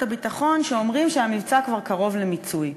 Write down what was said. הביטחון שאומרים שהמבצע כבר קרוב למיצוי.